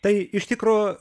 tai iš tikro